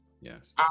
Yes